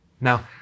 Now